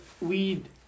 Weed